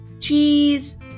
cheese